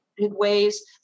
Way's